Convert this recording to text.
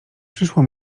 przyszło